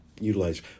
utilize